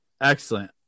excellent